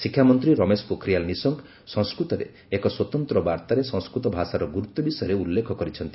ଶିକ୍ଷାମନ୍ତ୍ରୀ ରମେଶ ପୋଖରିଆଲ ନିଶଙ୍କ ସଂସ୍କୃତରେ ଏକ ସ୍ୱତନ୍ତ୍ର ବାର୍ତ୍ତାରେ ସଂସ୍କୃତ ଭାଷାର ଗୁରୁତ୍ୱ ବିଷୟରେ ଉଲ୍ଲେଖ କରିଛନ୍ତି